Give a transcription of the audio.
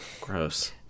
Gross